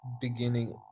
beginning